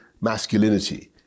masculinity